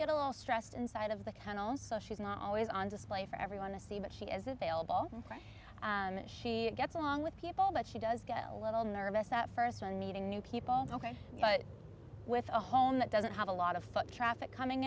get a little stressed inside of the kennel so she's not always on display for everyone to see but she is available and she gets along with people but she does get a little nervous at first when meeting new people is ok but with a home that doesn't have a lot of foot traffic coming